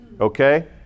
Okay